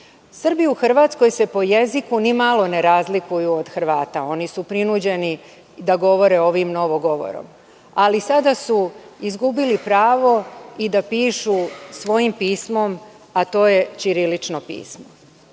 Srbi u Hrvatskoj po jeziku ni malo ne razlikuju od Hrvata. Oni su prinuđeni da govore ovim novim govorom, ali sada su izgubili pravo i da pišu svojim pismom, a to je ćirilično pismo. Pitam